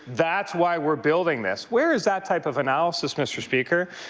that's why we're building this? where is that type of analysis, mr. speaker?